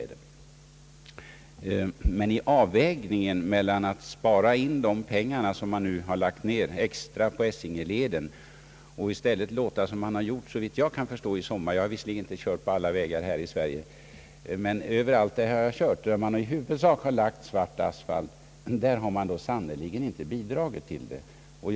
Det får bli en avvägning mellan att spara in de pengar som man lagt ned extra på Essingeleden eller att kosta på en ljusare beläggning. Överallt där jag kört i sommar — jag har visserligen inte farit på alla vägar här i Sverige — har man i huvudsak lagt på svart asfalt. Där har man sannerligen inte bidragit till problemets lösning.